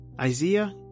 Isaiah